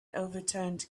overturned